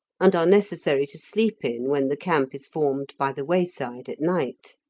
and are necessary to sleep in when the camp is formed by the wayside at night.